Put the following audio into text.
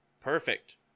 Perfect